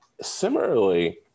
Similarly